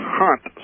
hunt